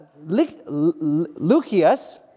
Lucius